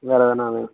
வேறு எதனால்